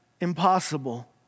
impossible